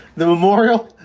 the memorial?